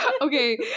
Okay